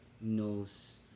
knows